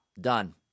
Done